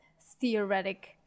theoretic